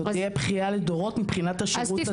זו תהיה בכייה לדורות מחינת השירות עצמו.